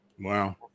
Wow